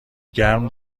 گرم